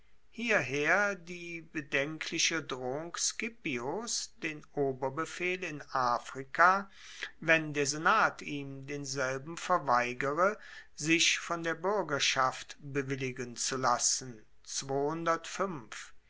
hierher die bedenkliche drohung scipios den oberbefehl in afrika wenn der senat ihm denselben verweigere sich von der buergerschaft bewilligen zu lassen